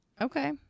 Okay